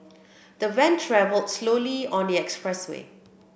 the van travelled slowly on the expressway